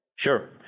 Sure